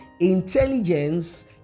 intelligence